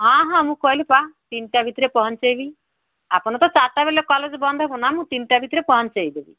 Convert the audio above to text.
ହଁ ହଁ ମୁଁ କହିଲି ପା ତିନିଟା ଭିତରେ ପହଞ୍ଚାଇ ବି ଆପଣ ତ ଚାରିଟା ବେଳେ କଲେଜ ବନ୍ଦ ହେବ ନା ମୁଁ ତିନିଟା ଭିତରେ ପହଞ୍ଚାଇ ଦେବି